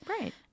Right